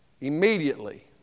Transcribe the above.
immediately